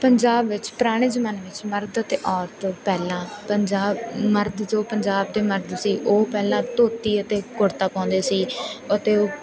ਪੰਜਾਬ ਵਿੱਚ ਪੁਰਾਣੇ ਜ਼ਮਾਨੇ ਵਿੱਚ ਮਰਦ ਅਤੇ ਔਰਤ ਪਹਿਲਾਂ ਪੰਜਾਬ ਮਰਦ ਜੋ ਪੰਜਾਬ ਦੇ ਮਰਦ ਸੀ ਉਹ ਪਹਿਲਾਂ ਧੋਤੀ ਅਤੇ ਕੁੜਤਾ ਪਾਉਂਦੇ ਸੀ ਅਤੇ ਉਹ